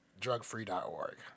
drugfree.org